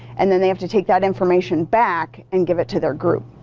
and then they have to take that information back and give it to their group.